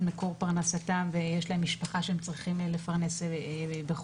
מקור פרנסתם ויש להם משפחה שהם צריכים לפרנס בחו"ל,